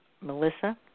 Melissa